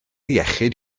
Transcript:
iechyd